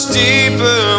deeper